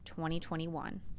2021